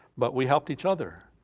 but we helped each other,